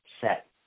set